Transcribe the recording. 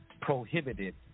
prohibited